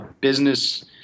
Business